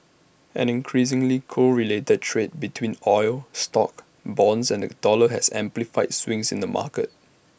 an increasingly correlated trade between oil stocks bonds and the dollar has amplified swings in the markets